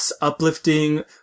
uplifting